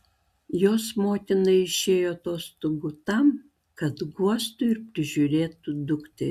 jos motina išėjo atostogų tam kad guostų ir prižiūrėtų dukterį